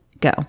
go